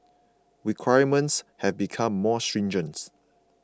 requirements have become more stringent